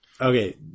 Okay